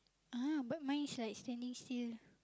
ah but mine is like standing still